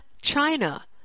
China